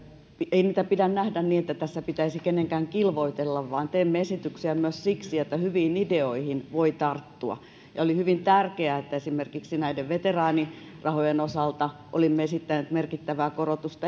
ei pidä nähdä niin että tässä pitäisi kenenkään kilvoitella vaan teemme esityksiä myös siksi että hyviin ideoihin voi tarttua oli hyvin tärkeää että esimerkiksi näiden veteraanirahojen osalta olimme esittäneet merkittävää korotusta